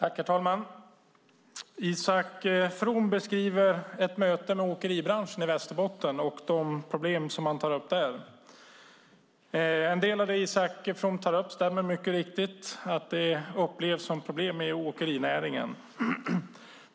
Herr talman! Isak From beskriver ett möte med åkeribranschen i Västerbotten och de problem som man tar upp där. En del av det Isak From tar upp stämmer och upplevs mycket riktigt som problem i åkerinäringen.